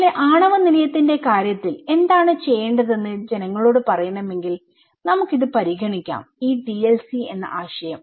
അതുപോലെ ആണവ നിലയത്തിന്റെ കാര്യത്തിൽ എന്താണ് ചെയ്യേണ്ടതെന്ന് ജനങ്ങളോട് പറയണമെങ്കിൽ നമുക്ക് ഇത് പരിഗണിക്കാം ഈ TLC ആശയം